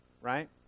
right